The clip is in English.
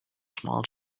small